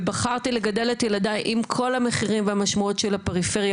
ובחרתי לגדל את ילדיי עם כל המחירים והמשמעות של הפריפריה,